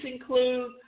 include